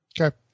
Okay